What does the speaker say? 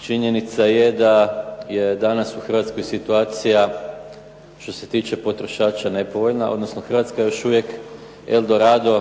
Činjenica je da je danas u Hrvatskoj situacija što se tiče potrošača nepovoljna, odnosno Hrvatska je još uvijek El Dorado